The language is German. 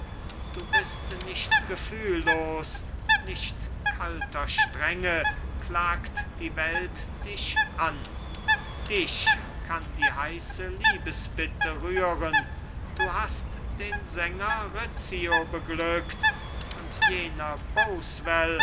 du bist nicht gefühllos nicht kalter strenge klagt die welt dich an dich kann die heiße liebesbitte rühren du hast den sänger rizzio beglückt und jener